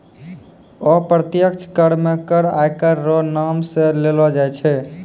अप्रत्यक्ष कर मे कर आयकर रो नाम सं लेलो जाय छै